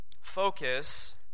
Focus